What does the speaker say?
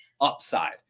upside